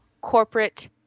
corporate